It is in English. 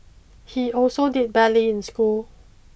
he also did badly in school